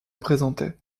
présentaient